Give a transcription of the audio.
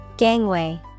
Gangway